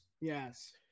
Yes